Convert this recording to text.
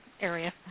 area